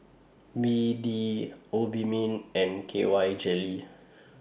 B D Obimin and K Y Jelly